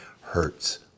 hurts